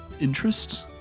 interest